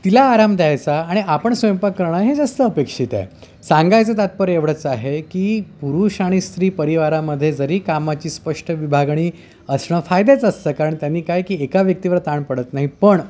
तिला आराम द्यायचा आणि आपण स्वयंपाक करणं हे जास्त अपेक्षित आहे सांगायचं तात्पर्य एवढंच आहे की पुरुष आणि स्त्री परिवारामध्ये जरी कामाची स्पष्ट विभागणी असणं फायद्याचं असतं कारण त्यांनी काय की एका व्यक्तीवर ताण पडत नाही पण